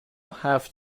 هفت